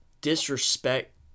disrespect